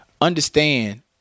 understand